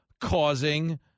causing